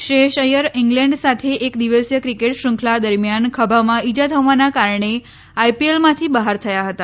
Shreyas Iyer England સાથે એક દિવસીય ક્રિકેટ શ્રંખલા દરમિયાન ખભામાં ઇજા થવાના કારણે આઈપીએલમાંથી બહાર થયા હતા